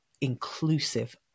inclusive